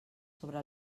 sobre